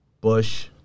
Bush